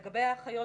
לגבי האחיות